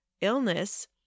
illness